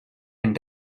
and